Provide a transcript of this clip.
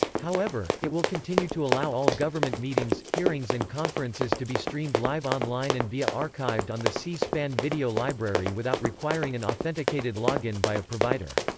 however, it will continue to allow all government meetings, hearings and conferences to be streamed live online and via archived on the c-span video library without requiring an authenticated login by a provider.